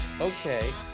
Okay